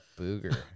booger